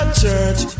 church